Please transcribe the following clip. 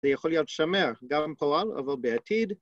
זה יכול להיות שמר גם פועל אבל בעתיד.